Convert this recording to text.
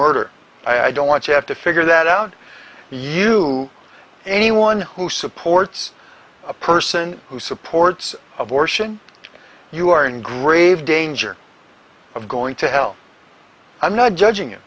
murder i don't want to have to figure that out you anyone who supports a person who supports abortion you are in grave danger of going to hell i'm not judging it